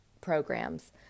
programs